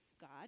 God